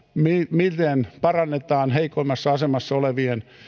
miten parannetaan heikoimmassa asemassa olevien